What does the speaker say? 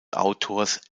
autors